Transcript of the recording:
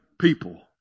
people